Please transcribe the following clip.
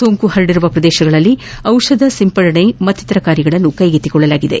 ಸೋಂಕು ಪರಡಿರುವ ಪ್ರದೇಶಗಳಲ್ಲಿ ದಿಷಧ ಸಿಂಪಡಣೆ ಮತ್ತಿತರ ಕಾರ್ಯಗಳನ್ನು ಕೈಗೆತ್ತಿಕೊಳ್ಳಲಾಗಿದೆ